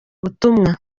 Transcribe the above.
ubutumwa